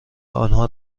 آنها